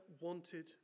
wanted